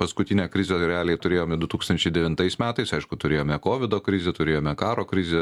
paskutinę krizę tai realiai turėjome du tūkstančiai devintais metais aišku turėjome kovido krizę turėjome karo krizę